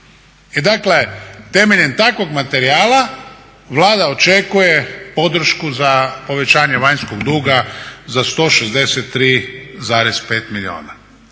I dakle, temeljem takvog materijala Vlada očekuje podršku za povećanje vanjskog duga za 163,5 milijuna.